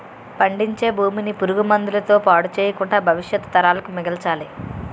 పండించే భూమిని పురుగు మందుల తో పాడు చెయ్యకుండా భవిష్యత్తు తరాలకు మిగల్చాలి